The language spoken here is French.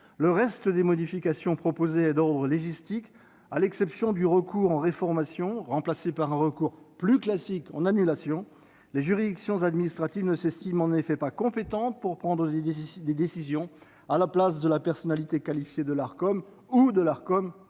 Le reste des modifications proposées est d'ordre légistique, à l'exception du recours en réformation, remplacé par un recours plus classique en annulation. Les juridictions administratives en effet ne s'estiment pas compétentes pour prendre des décisions à la place de la personnalité qualifiée de l'Arcom ou de l'Arcom